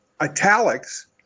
italics